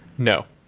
no